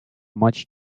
much